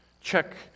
Check